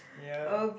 yup